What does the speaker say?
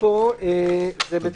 זה לא